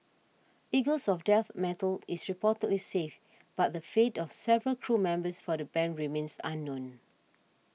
Eagles of Death Metal is reportedly safe but the fate of several crew members for the band remains unknown